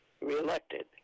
reelected